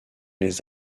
les